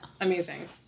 amazing